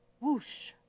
Whoosh